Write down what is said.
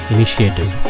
Initiative